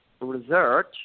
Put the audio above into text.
research